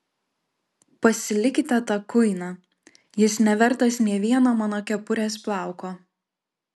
pasilikite tą kuiną jis nevertas nė vieno mano kepurės plauko